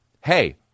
hey